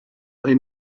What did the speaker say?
they